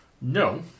no